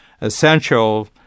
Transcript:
essential